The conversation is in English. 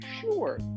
Sure